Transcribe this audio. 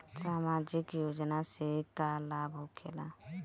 समाजिक योजना से का लाभ होखेला?